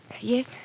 yes